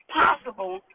possible